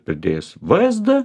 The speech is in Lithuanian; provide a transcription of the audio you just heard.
pridėjus vsd